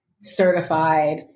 certified